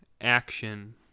action